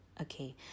Okay